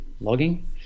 logging